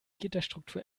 gitterstruktur